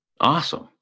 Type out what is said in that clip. Awesome